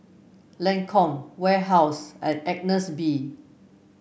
Lancome Warehouse and Agnes B